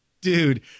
Dude